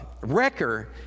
wrecker